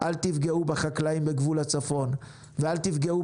אל תפגעו בחקלאים בגבול הצפון ואל תפגעו